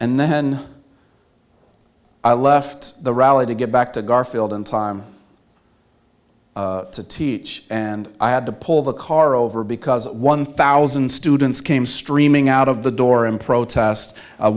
and then i left the rally to get back to garfield in time to teach and i had to pull the car over because one thousand students came streaming out of the door in protest o